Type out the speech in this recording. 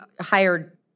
hired